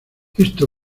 esto